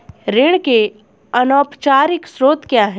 ऋण के अनौपचारिक स्रोत क्या हैं?